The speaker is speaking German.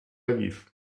aviv